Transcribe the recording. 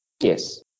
Yes